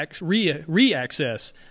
re-access